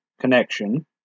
connection